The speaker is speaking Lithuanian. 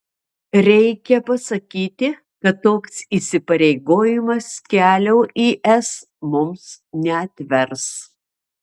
reikia pasakyti kad toks įsipareigojimas kelio į es mums neatvers